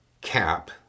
cap